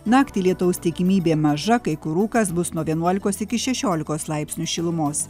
naktį lietaus tikimybė maža kai kur rūkas bus nuo vienuolikos iki šešiolikos laipsnių šilumos